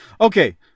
Okay